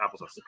applesauce